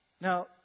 Now